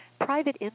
private